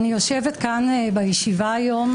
אני יושבת כאן בישיבה היום,